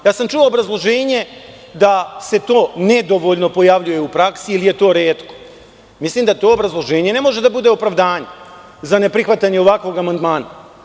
Čuo sam obrazloženje da se to nedovoljno pojavljuje u praksi ili je to retko, mislim da to obrazloženje ne može da bude opravdanje za neprihvatanje ovakvog amandmana.